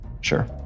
Sure